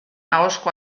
ahozko